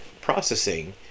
processing